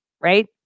right